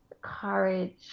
courage